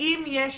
האם יש